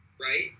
right